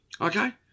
Okay